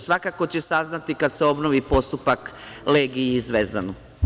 Svakako će saznati kad se obnovi postupak Legiji i Zvezdanu.